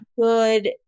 good